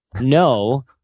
No